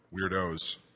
Weirdos